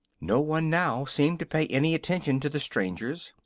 no one now seemed to pay any attention to the strangers,